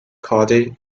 cody